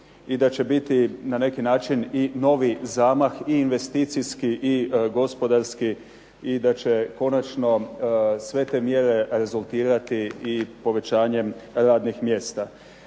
i da će biti na neki način i novi zamah i investicijski i gospodarski i da će konačno sve te mjere rezultirati i povećanjem radnih mjesta.